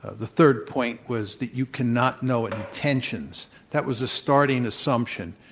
the third point was that you cannot know intentions. that was a starting assumption.